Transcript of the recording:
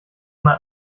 mal